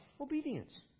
obedience